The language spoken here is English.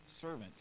servant